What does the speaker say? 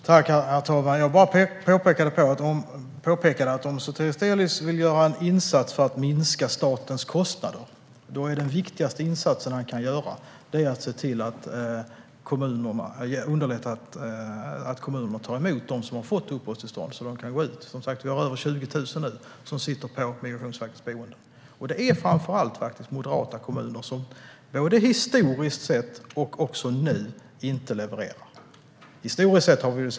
Herr talman! Jag påpekade bara att den viktigaste insats Sotiris Delis kan göra om han vill göra en insats för att minska statens kostnader är att underlätta för kommunerna att ta emot dem som har fått uppehållstillstånd, så att de kan komma ut i kommunerna. Vi har, som sagt, över 20 000 människor som sitter på Migrationsverkets boenden. Det är framför allt moderata kommuner som inte levererar, både historiskt sett och nu.